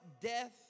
death